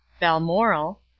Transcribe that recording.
balmoral